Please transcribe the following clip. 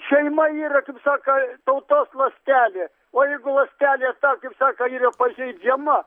šeima yra kaip saka tautos ląstelė o jeigu ląstelė ta kaip saka yra pažeidžiama